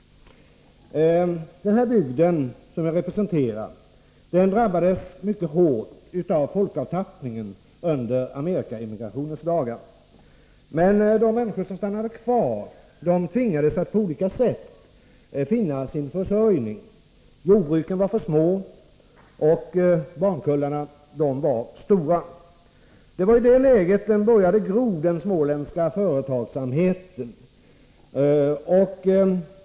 Den bygd som jag representerar drabbades mycket hårt av folkavtappningen under Amerikaemigrationens dagar. Men de människor som stannade kvar tvingades att på olika sätt finna sin försörjning. Jordbruken var för små men barnkullarna var stora. Det var i detta läge den småländska företagsamheten började gro.